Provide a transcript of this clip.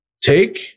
take